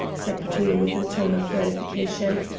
said petullo with a tone of gratification.